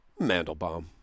Mandelbaum